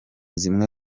zimwe